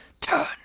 turn